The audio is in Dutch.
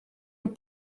een